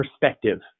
perspective